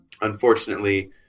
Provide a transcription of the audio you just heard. unfortunately